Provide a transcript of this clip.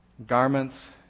Garments